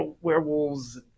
werewolves